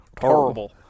horrible